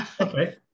Okay